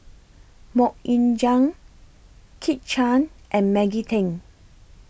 Mok Ying Jang Kit Chan and Maggie Teng